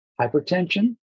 hypertension